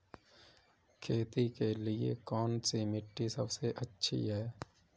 खेती के लिए कौन सी मिट्टी सबसे अच्छी है?